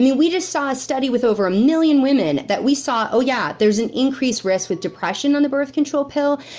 we we just saw a study with over a million woman, that we saw oh yeah. there's an increased risk with depression on the birth control pill,